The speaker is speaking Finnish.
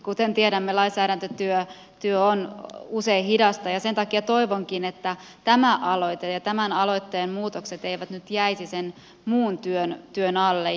kuten tiedämme lainsäädäntötyö on usein hidasta ja sen takia toivonkin että tämä aloite ja tämän aloitteen muutokset eivät nyt jäisi sen muun työn alle